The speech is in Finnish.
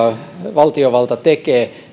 valtiovalta tekee